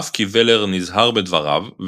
אף כי ולר נזהר בדבריו,